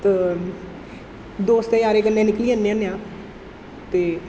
ते दोस्तें यारें कन्नै निकली जन्ने होन्ने आं ते